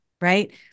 Right